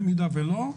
במידה ולא,